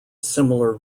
similar